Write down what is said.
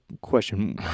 question